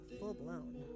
full-blown